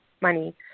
money